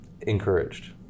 encouraged